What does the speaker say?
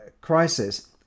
crisis